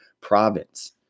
province